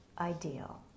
ideal